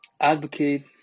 advocate